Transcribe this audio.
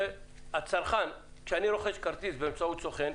כשאני רוכש כרטיס באמצעות סוכן,